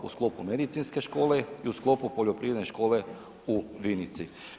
U sklopu medicinske škole i u sklopu poljoprivredne škole u Vinici.